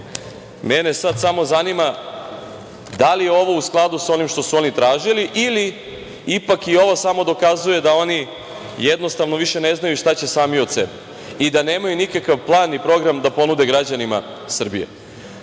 mene sada samo zanima da li je u ovo u skladu sa onim što su oni tražili ili ipak i ovo samo dokazuje da oni jednostavno više ne znaju šta će sami od sebe i da nemaju nikakav plan i program da ponude građanima Srbije.